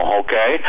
okay